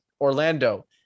Orlando